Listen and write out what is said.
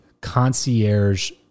concierge